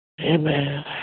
amen